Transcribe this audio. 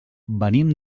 venim